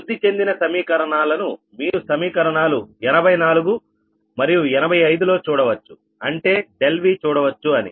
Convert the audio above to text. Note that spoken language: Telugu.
వృద్ధి చెందిన సమీకరణాలను మీరు సమీకరణాలు 84 మరియు 85 లో చూడవచ్చు అంటే V చూడవచ్చు అని